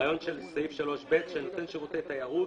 הרעיון של סעיף 3(ב), שנותן שירותי תיירות